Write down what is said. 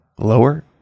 lower